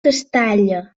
castalla